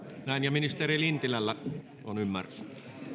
ministeri lintilällä on ymmärrys